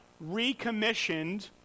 recommissioned